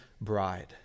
bride